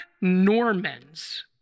normans